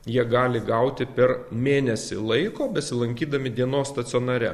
jie gali gauti per mėnesį laiko besilankydami dienos stacionare